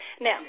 Now